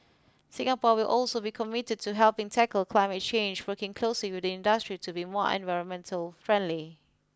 Singapore will also be committed to helping tackle climate change working closely with the industry to be more environmentally friendly